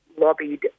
lobbied